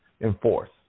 enforce